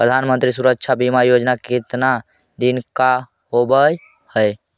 प्रधानमंत्री मंत्री सुरक्षा बिमा कितना दिन का होबय है?